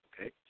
okay